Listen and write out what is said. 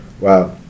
Wow